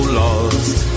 lost